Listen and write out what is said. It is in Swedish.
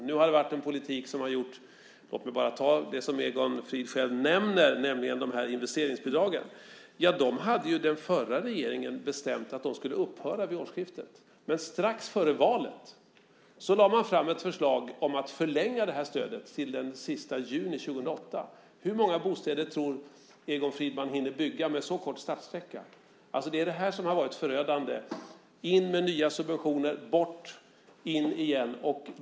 Låt mig bara som exempel på den politik som har varit ta det som Egon Frid själv nämner, nämligen investeringsbidragen. De hade den förra regeringen bestämt skulle upphöra vid årsskiftet. Men strax före valet lade man fram ett förslag om att förlänga det här stödet till den sista juni 2008. Hur många bostäder tror Egon Frid att man hinner bygga med så kort startsträcka? Det är det här som har varit förödande: In med nya subventioner, bort och in igen.